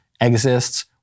exists